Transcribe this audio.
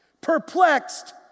perplexed